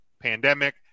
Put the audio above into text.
pandemic